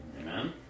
Amen